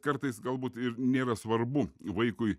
kartais galbūt ir nėra svarbu vaikui